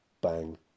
bang